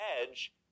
edge